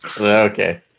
Okay